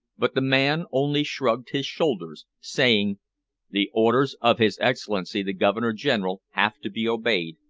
but the man only shrugged his shoulders, saying the orders of his excellency the governor-general have to be obeyed,